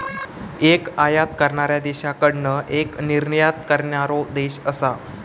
एक आयात करणाऱ्या देशाकडना एक निर्यात करणारो देश असा